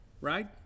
right